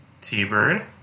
T-Bird